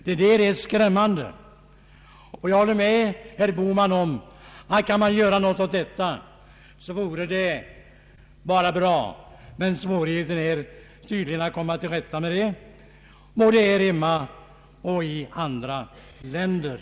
Detta är skrämmande, och jag håller med herr Bohman om att kunde man göra något åt detta vore det bra. Men svårigheten är tydligen att komma till rätta med detta, både här hemma och i andra länder.